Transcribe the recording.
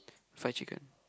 fried chicken